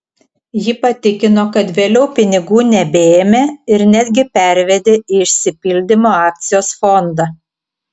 ji patikino kad vėliau pinigų nebeėmė ir netgi pervedė į išsipildymo akcijos fondą